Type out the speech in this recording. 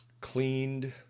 cleaned